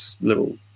little